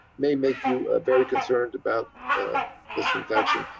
may make you ah very concerned about this infection.